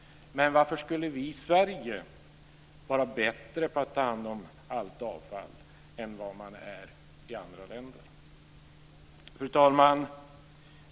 Men varför skulle vi i Sverige vara bättre på att ta hand om allt avfall än vad man är i andra länder? Fru talman!